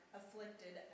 afflicted